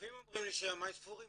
הרופאים אומרים לי שימיי ספורים,